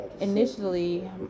initially